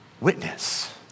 witness